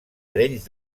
arenys